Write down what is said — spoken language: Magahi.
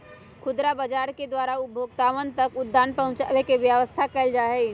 खुदरा व्यापार के द्वारा उपभोक्तावन तक खाद्यान्न पहुंचावे के व्यवस्था कइल जाहई